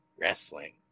wrestling